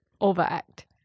overact